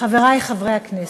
חברי חברי הכנסת,